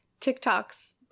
TikToks